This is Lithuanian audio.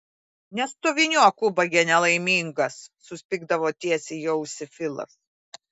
nestoviniuok ubage nelaimingas suspigdavo tiesiai į ausį filas